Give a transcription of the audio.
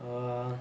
err